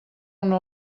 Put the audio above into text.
una